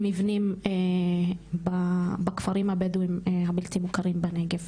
ומבנים בכפרים הבדווים הבלתי מוכרים בנגב.